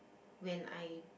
when I